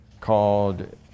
called